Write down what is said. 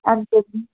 हंजी